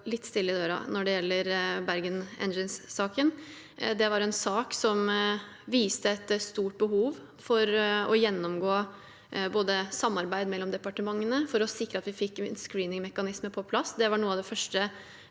litt stille i dørene når det gjelder Bergen Engines-saken. Det var en sak som viste et stort behov for å gjennomgå samarbeidet mellom departementene for å sikre at vi fikk en screeningmekanisme på plass – det var noe av det første